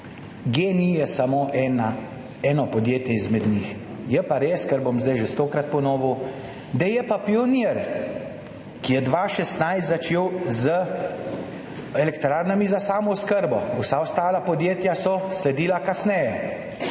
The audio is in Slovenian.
GEN-I je samo eno podjetje izmed njih, je pa res, kar sem že stokrat ponovil, da je pionir, ki je leta 2016 začel z elektrarnami za samooskrbo, vsa ostala podjetja so sledila kasneje,